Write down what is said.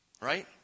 right